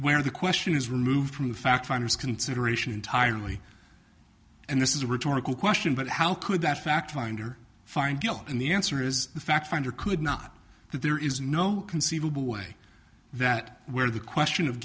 where the question is removed from the fact finders consideration entirely and this is a rhetorical question but how could that fact finder find guilt in the answer is the fact finder could not that there is no conceivable way that where the question of